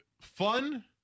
fun